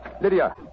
Lydia